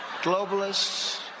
globalists